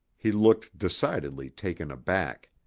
he looked decidedly taken aback.